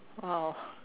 !wow!